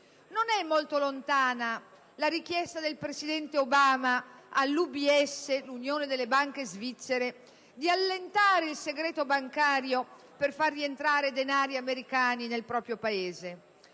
Non è molto lontana la richiesta del presidente Obama all'UBS (Unione delle banche svizzere) di allentare il segreto bancario per far rientrare denari americani nel proprio Paese;